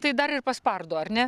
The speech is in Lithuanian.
tai dar ir paspardo ar ne